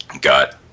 got